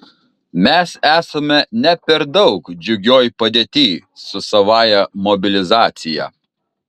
mes esame ne per daug džiugioj padėty su savąja mobilizacija